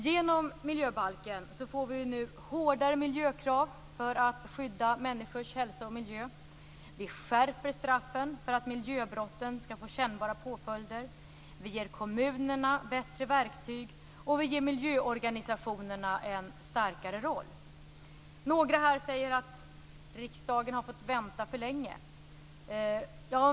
Genom miljöbalken får vi nu hårdare miljökrav för att skydda människors hälsa och miljö. Vi skärper straffen för att miljöbrotten skall få kännbara påföljder. Vi ger kommunerna bättre verktyg. Och vi ger också miljöorganisationerna en starkare roll. Några här säger att riksdagen har fått vänta för länge.